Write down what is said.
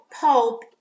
Pulp